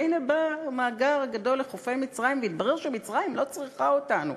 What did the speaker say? והנה בא המאגר הגדול לחופי מצרים והתברר שמצרים לא צריכה אותנו.